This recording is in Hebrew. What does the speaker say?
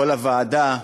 כל הוועדה,